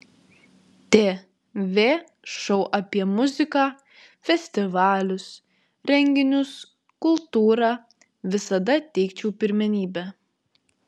tv šou apie muziką festivalius renginius kultūrą visada teikčiau pirmenybę